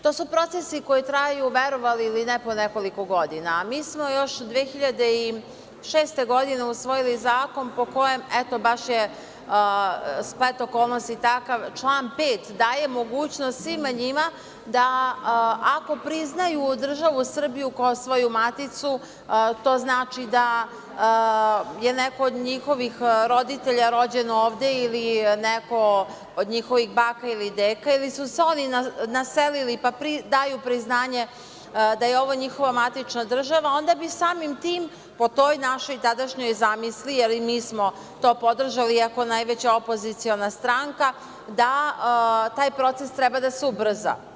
To su procesi koji traju, verovali ili ne, po nekoliko godina, a mi smo još 2006. godine usvojili zakon po kojem, eto baš je splet okolnosti takav, član 5. daje mogućnost svima njima da ako priznaju državu Srbiju kao svoju maticu, to znači da je neko od njihovih roditelja rođen ovde ili je neko od njihovih baka ili deka ili su se sami naselili, pa daju priznanje da je ovo njihova matična država, onda bi samim tim po toj našoj tadašnjoj zamisli, mi smo to podržali iako najveća opoziciona stranka, da taj proces treba da se ubrza.